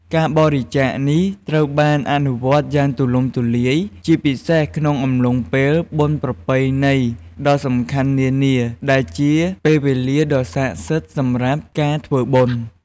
ការបរិច្ចាគនេះត្រូវបានអនុវត្តយ៉ាងទូលំទូលាយ ជាពិសេសក្នុងអំឡុងពេលបុណ្យប្រពៃណីដ៏សំខាន់នានា ដែលជាពេលវេលាដ៏ស័ក្តិសិទ្ធិសម្រាប់ការធ្វើបុណ្យ។